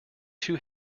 two